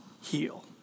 heal